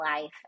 life